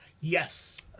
Yes